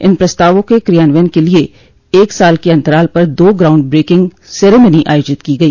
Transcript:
इन प्रस्तावों के क्रियान्वयन के लिये एक साल के अन्तराल पर दो ग्राउंड ब्रेकिंग सेरेमनी आयोजित की गई